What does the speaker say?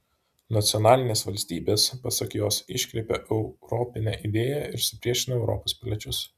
nacionalinės valstybės pasak jos iškreipia europinę idėją ir supriešina europos piliečius